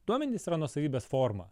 duomenys yra nuosavybės forma